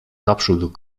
naprzód